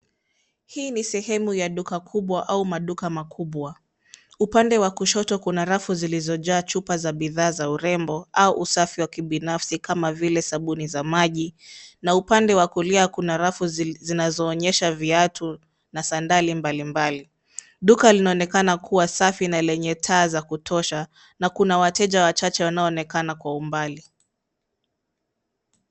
Hii ni sehemu ya duka kubwa au maduka makubwa. Upande wa kushoto kuna rafu zilizojaa chupa za bidhaa za urembo au usafi wa kibinafsi kama vile sabuni za maji. Na upande wa kulia kuna rafu zinazo onyesha viatu na sandali mbalimbali. Duka linaonekana kuwa safi na lenye taa za kutosha na kuna wateja wachache wanao onekana kwa umbali.